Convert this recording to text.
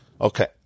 Okay